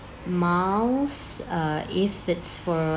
miles uh if it's for